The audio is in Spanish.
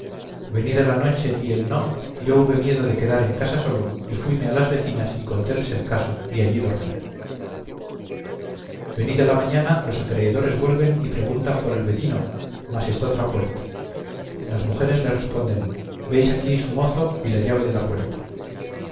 venido venida la noche y él no yo hube miedo de quedar en casa solo y fuime a las vecinas y contéles el caso y allí dormí venida la mañana los acreedores vuelven y preguntan por el vecino mas a estotra puerta las mujeres le responden veis aquí su mozo y la llave de la puerta